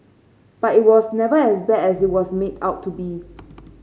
but it was never as bad as it was made out to be